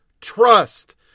trust